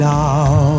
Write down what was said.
now